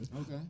Okay